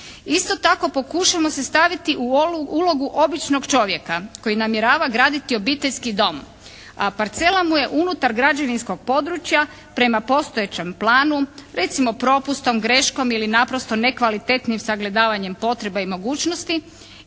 Isto tako, pokušajmo se staviti u ulogu običnog čovjeka koji namjerava graditi obiteljski dom, a parcela mu je unutar građevinskog područja prema postojećem planu recimo propustom, greškom ili naprosto nekvalitetnim sagledavanjem potreba i mogućnosti